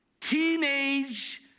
teenage